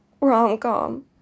rom-com